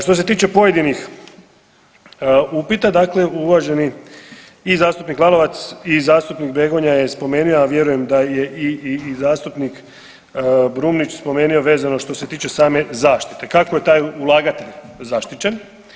Što se tiče pojedinih upita, dakle uvaženi i zastupnik Lalovac i zastupnik BEgonja je spomenuo, a vjerujem da je i zastupnik Brumnić spomenuo vezano što se tiče same zaštite kako je taj ulagatelj zaštićen.